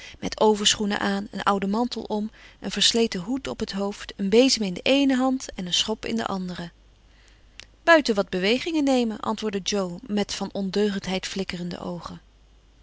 met overschoenen aan een ouden mantel om een versleten hoed op het hoofd een bezem in de eene hand en een schop in de andere buiten wat bewegingen nemen antwoordde jo met van ondeugendheid flikkerende oogen